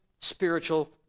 spiritual